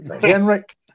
Henrik